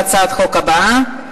להצעת החוק הבאה.